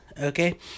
okay